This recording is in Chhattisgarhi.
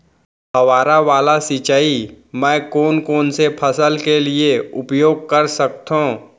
फवारा वाला सिंचाई मैं कोन कोन से फसल के लिए उपयोग कर सकथो?